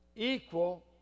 Equal